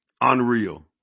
Unreal